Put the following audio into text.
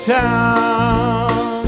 town